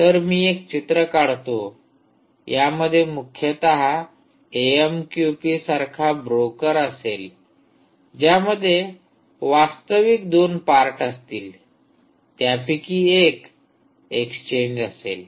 तर मी एक चित्र काढतो यामध्ये मुख्यतः एएमक्यूपी सारखा ब्रोकर असेल ज्यामध्ये वास्तविक दोन पार्ट असतील त्यापैकी एक एक्सचेंज असेल